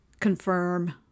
confirm